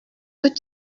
what